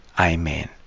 Amen